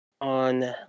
on